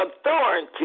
authority